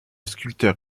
sculpteur